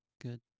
Good